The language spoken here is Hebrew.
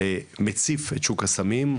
מציף את שוק הסמים,